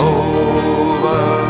over